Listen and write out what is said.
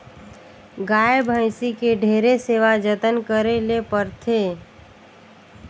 गाय, भइसी के ढेरे सेवा जतन करे ले परथे